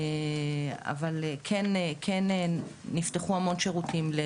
אבל כן נפתחו המון שירותים.